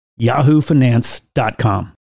yahoofinance.com